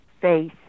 face